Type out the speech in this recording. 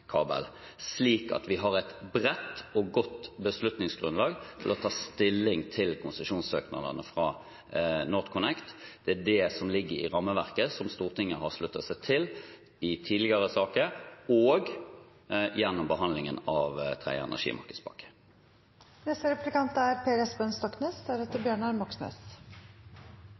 vi har et bredt og godt beslutningsgrunnlag for å ta stilling til konsesjonssøknadene fra NorthConnect. Det er det som ligger i rammeverket som Stortinget har sluttet seg til i tidligere saker og gjennom behandlingen av tredje energimarkedspakke.